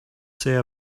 say